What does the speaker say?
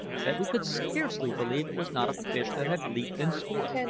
that we could scarcely believe it was not a fish that had leaped in sport.